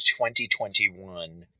2021